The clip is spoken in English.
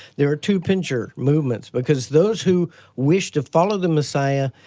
there are two pincer movements, because those who wish to follow the messiah,